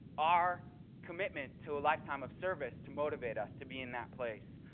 our commitment to a lifetime of service to motivate us to be in that place.